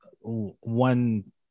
one